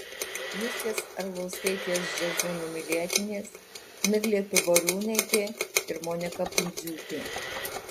justės arlauskaitės jazzu numylėtinės miglė pivoriūnaitė ir monika pundziūtė